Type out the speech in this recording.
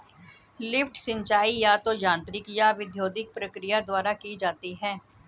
lift सिंचाई या तो यांत्रिक या विद्युत प्रक्रिया द्वारा की जाती है